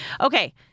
Okay